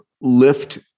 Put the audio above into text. lift